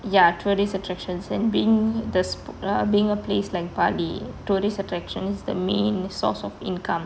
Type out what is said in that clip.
ya tourist attractions and being the spo~ being a place like bali tourist attraction is the main source of income